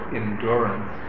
endurance